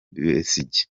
besigye